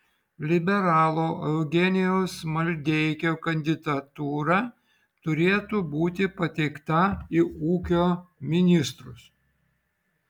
liberalo eugenijaus maldeikio kandidatūra turėtų būti pateikta į ūkio ministrus